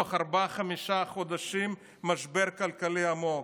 תוך ארבעה-חמישה חודשים משבר כלכלי עמוק.